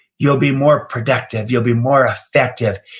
you'll be more productive, you'll be more effective,